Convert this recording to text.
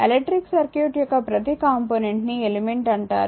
electric circuit యొక్క ప్రతి component ని ఎలిమెంట్ అంటారు